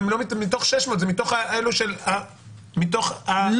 לא, זה לא מתוך, זה מתוך 600. מתוך ה-600.